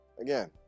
Again